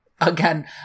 again